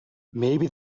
maybe